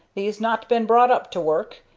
thee's not been brought up to work,